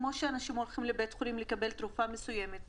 כמו שאנשים הולכים לבית חולים לקבל תרופה מסוימת,